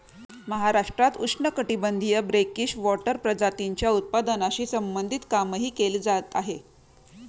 महाराष्ट्रात उष्णकटिबंधीय brackish water प्रजातींच्या उत्पादनाशी संबंधित कामही केले जात आहे